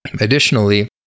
Additionally